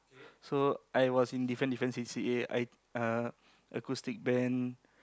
so I was in different different c_c_a I uh acoustic band